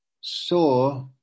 saw